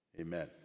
amen